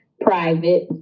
private